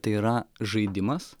tai yra žaidimas